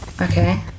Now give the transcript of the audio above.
Okay